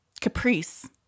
caprice